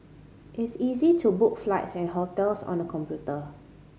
it's easy to book flights and hotels on the computer